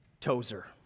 Tozer